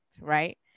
right